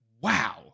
Wow